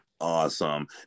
Awesome